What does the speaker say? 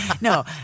No